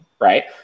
right